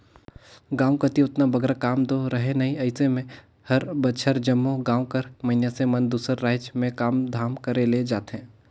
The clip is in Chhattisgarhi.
गाँव कती ओतना बगरा काम दो रहें नई अइसे में हर बछर जम्मो गाँव कर मइनसे मन दूसर राएज में काम धाम करे ले जाथें